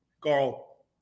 Carl